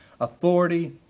authority